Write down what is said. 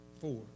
four